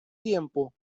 tiempo